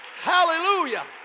Hallelujah